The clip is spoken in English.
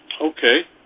okay